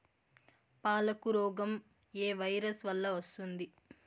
పాలకు రోగం ఏ వైరస్ వల్ల వస్తుంది?